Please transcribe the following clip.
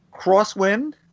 Crosswind